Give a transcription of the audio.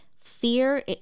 fear